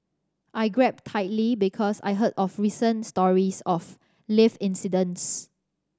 I grabbed tightly because I heard of recent stories of lift incidents